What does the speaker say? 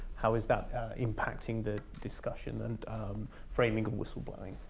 how is that impacting the discussion and framing of whistleblowing.